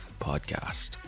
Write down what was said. Podcast